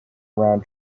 around